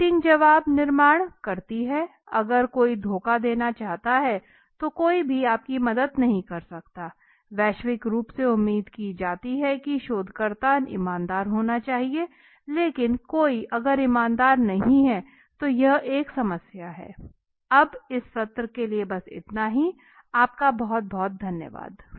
cheating जवाब निर्माण करती है अगर कोई धोखा देना चाहता हैं तो कोई भी आपकी मदद नहीं कर सकता है वैश्विक रूप से उम्मीद की जाती है कि शोधकर्ता ईमानदार होना चाहिए लेकिन कोई अगर ईमानदार नहीं है तो यह एक समस्या है और यह सब इस सत्र के लिए धन्यवाद